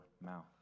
mouth